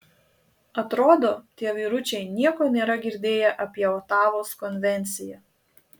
atrodo tie vyručiai nieko nėra girdėję apie otavos konvenciją